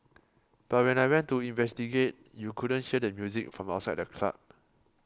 but when I went to investigate you couldn't hear the music from outside the club